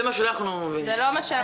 זה לא מה שהתכוונתי.